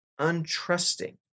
untrusting